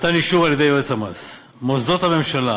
מתן אישור על-ידי יועץ המס, מוסדות הממשלה,